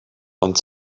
ond